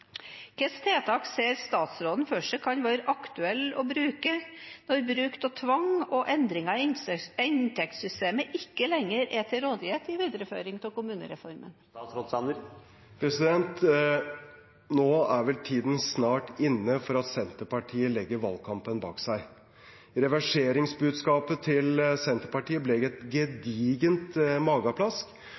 Hvilke tiltak ser statsråden for seg kan være aktuelle å bruke når bruk av tvang og endringer i inntektssystemet ikke lenger er til rådighet i videreføring av kommunereformen? Nå er vel tiden snart inne til at Senterpartiet legger valgkampen bak seg. Reverseringsbudskapet til Senterpartiet ble et gedigent